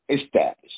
established